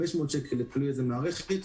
500 שקל למערכת.